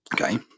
okay